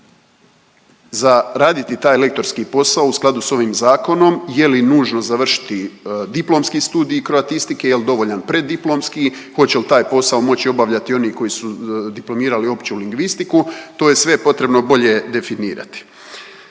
Za raditi taj lektorski posao u skladu s ovim zakonom, je li nužno završiti diplomski studij Kroatistike, je li dovoljan preddiplomski, hoće li taj posao moći obavljati i oni koji su diplomirali opću lingvistiku, to je sve potrebno bolje definirati.